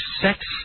sex